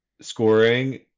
scoring